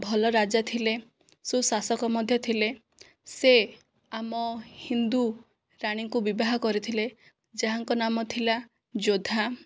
ଭଲ ରାଜା ଥିଲେ ସୁଶାସକ ମଧ୍ୟ ଥିଲେ ସେ ଆମ ହିନ୍ଦୁ ରାଣୀଙ୍କୁ ବିବାହ କରିଥିଲେ ଯାହାଙ୍କ ନାମ ଥିଲା ଯୋଦ୍ଧା